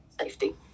Safety